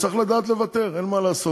צריך לדעת לוותר, אין מה לעשות.